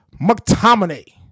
McTominay